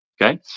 Okay